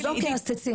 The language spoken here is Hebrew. אוקיי, אז תצאי.